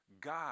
God